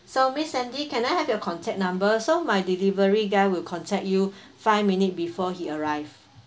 so miss sandy can I have your contact number so my delivery guy will contact you five minutes before he arrive